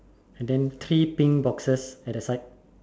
and then three pink boxes at the side